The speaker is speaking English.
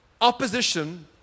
Opposition